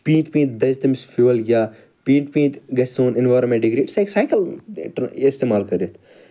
پیٖنتہِ پیٖنتہِ دَزِ تٔمِس فیٛوَل یا پیٖنتہِ پیٖنتہِ گَژھہِ سون ایٚنویٚرانمیٚنٛٹ ڈِگریڈ سُہ ہیٚکہِ سایکل یہِ اِستعمال کٔرِتھ